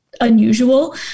unusual